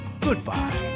Goodbye